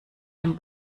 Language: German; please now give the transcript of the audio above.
dem